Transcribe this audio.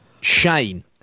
shane